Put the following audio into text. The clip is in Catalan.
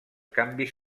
canvis